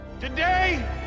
today